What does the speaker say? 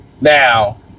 Now